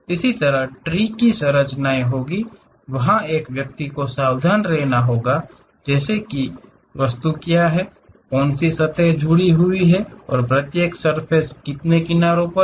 इसी तरह ट्री की संरचनाएं होंगी वहा एक व्यक्ति को सावधान रहना होगा जैसे कि वस्तु क्या है कौन सी सतहें जुड़ी हुई हैं और प्रत्येक सर्फ़ेस कितने किनारों पर है